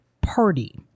party